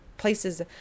places